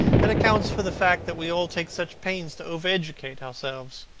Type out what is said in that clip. that accounts for the fact that we all take such pains to over-educate ourselves.